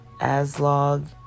Aslog